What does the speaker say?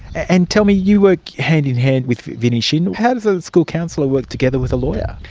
and tell me, you work hand-in-hand with vinny shin. how does a school counsellor work together with a lawyer?